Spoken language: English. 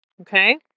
Okay